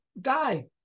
die